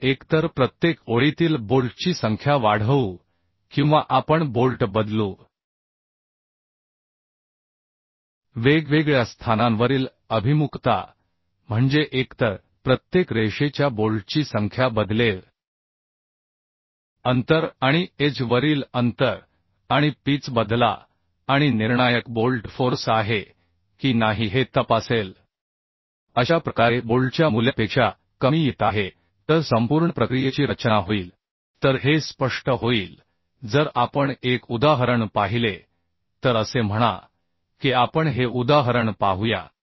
आपण एकतर प्रत्तेक ओळीतील बोल्टची संख्या वाढवू किंवा आपण बोल्ट बदलू वेगवेगळ्या स्थानांवरील अभिमुखता म्हणजे एकतर प्रत्येक रेषेच्या बोल्टची संख्या बदलेल अंतर आणि एज वरील अंतर आणि पिच बदला आणि निर्णायक बोल्ट फोर्स आहे की नाही हे तपासेल अशा प्रकारे बोल्टच्या मूल्यापेक्षा कमी येत आहे तर संपूर्ण प्रक्रियेची रचना होईल तर हे स्पष्ट होईल जर आपण एक उदाहरण पाहिले तर असे म्हणा की आपण हे उदाहरण पाहूया